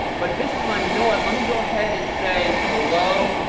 but this time, you know what? let me go ahead and say hello,